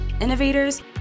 innovators